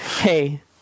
Hey